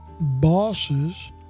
bosses